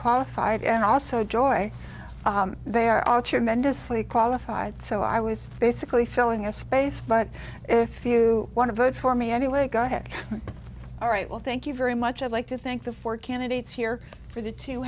qualified and also joy they are all tremendously qualified so i was basically filling a space but if you want to vote for me anyway go ahead all right well thank you very much i'd like to thank the four candidates here for the two